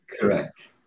Correct